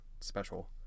special